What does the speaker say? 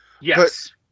Yes